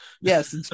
Yes